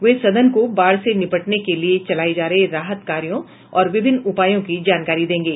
वे सदन को बाढ़ से निपटने के लिये चलाये जा रहे राहत कार्यों और विभिन्न उपायों की जानकारी देंगे